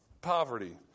poverty